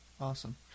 awesome